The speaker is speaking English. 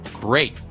great